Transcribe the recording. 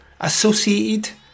associated